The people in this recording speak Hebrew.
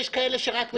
יש כאלה שרק משלמים,